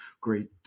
great